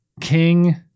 king